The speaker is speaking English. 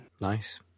Nice